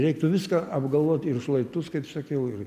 reiktų viską apgalvot ir šlaitus kaip sakiau ir